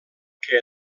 que